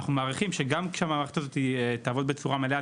אנחנו מעריכים שגם כשהמערכת תעבוד בצורה מלאה,